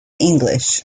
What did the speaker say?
english